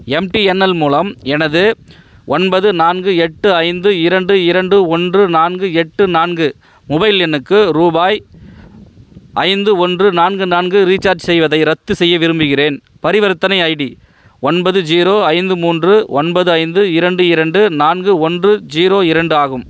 MTNL மூலம் எனது ஒன்பது நான்கு எட்டு ஐந்து இரண்டு இரண்டு ஒன்று நான்கு எட்டு நான்கு மொபைல் எண்ணுக்கு ரூபாய் ஐந்து ஒன்று நான்கு நான்கு ரீசார்ஜ் செய்வதை ரத்துசெய்ய விரும்புகிறேன் பரிவர்த்தனை ஐடி ஒன்பது ஜீரோ ஐந்து மூன்று ஒன்பது ஐந்து இரண்டு இரண்டு நான்கு ஒன்று ஜீரோ இரண்டு ஆகும்